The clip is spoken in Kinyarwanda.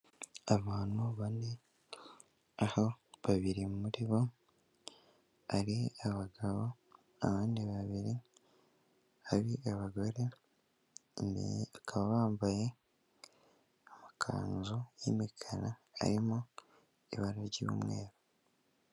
Abantu bane aho babiri muri bo ari abagabo, abandi babiri hari abagore, bakaba bambaye amakanzu y'imikara arimo ibara ry'umweru.